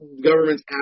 governments